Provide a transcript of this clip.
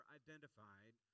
identified